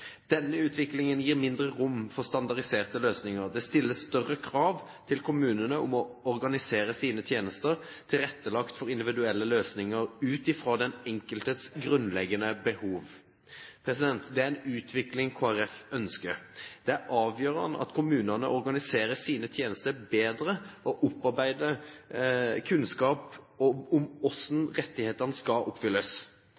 Denne utviklingen gir mindre rom for standardiserte løsninger. Det stilles større krav til kommunene om å organisere sine tjenester tilrettelagt for individuelle løsninger ut fra den enkeltes grunnleggende behov.» Dette er en utvikling Kristelig Folkeparti ønsker. Det er avgjørende at kommunene organiserer sine tjenester bedre og opparbeider kunnskap om